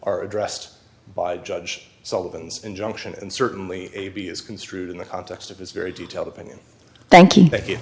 are addressed by judge sullivan's injunction and certainly a b is construed in the context of this very detailed opinion thank you thank you